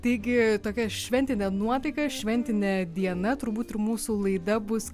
taigi tokia šventinė nuotaika šventinė diena turbūt ir mūsų laida bus